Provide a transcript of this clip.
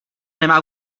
nemá